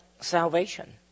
salvation